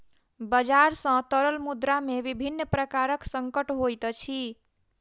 बजार सॅ तरल मुद्रा में विभिन्न प्रकारक संकट होइत अछि